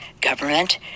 government